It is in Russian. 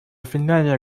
финляндия